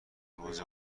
روز